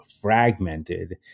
fragmented